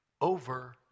over